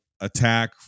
attack